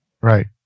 Right